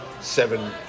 seven